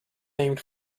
named